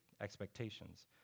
expectations